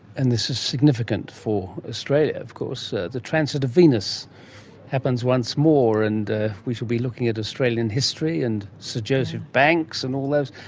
and this is significant for australia of course. the transit of venus happens once more, and we shall be looking at australian history and sir joseph banks and all those.